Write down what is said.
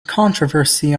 controversy